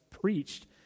preached